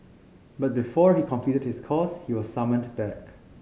but before he completed his course he was summoned back